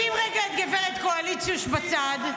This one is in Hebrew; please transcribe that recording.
שים רגע את גב' קואליציוש בצד.